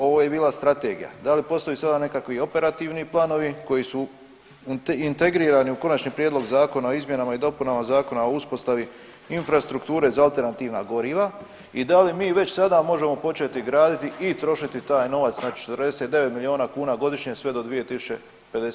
Ovo je bila strategija, da li postoji sada nekakvi operativni planovi koji su integrirani u Končani prijedlog zakona o izmjenama i dopunama Zakona o uspostavi infrastrukture za alternativna goriva i da li mi već sada možemo početi graditi i trošiti taj novac, znači 49 milijuna kuna godišnje sve do 2050. g.